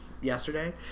yesterday